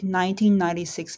1996